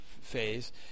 phase